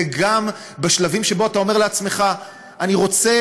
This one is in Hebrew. וגם בשלבים שבהם אתה אומר לעצמך: אני רוצה